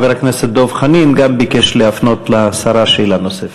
חבר הכנסת דב חנין גם ביקש להפניות לשרה שאלה נוספת.